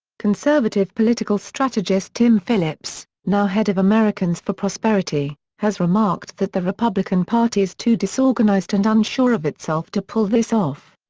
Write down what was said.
conservative political strategist tim phillips, now head of americans for prosperity, has remarked that the republican party is too disorganized and unsure of itself to pull this off.